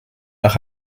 nach